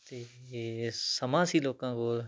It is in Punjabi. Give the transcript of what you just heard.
ਅਤੇ ਸਮਾਂ ਸੀ ਲੋਕਾਂ ਕੋਲ